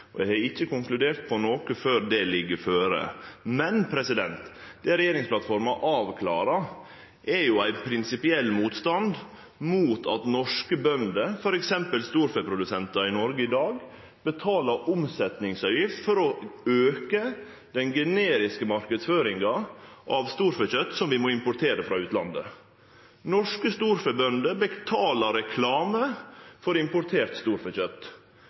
norske bønder, f.eks. storfeprodusentar i Noreg i dag, betaler omsetningsavgift for å auke den generiske marknadsføringa av storfekjøt som vi må importere frå utlandet. Norske storfebønder betaler for reklame for importert storfekjøt,